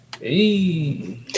Hey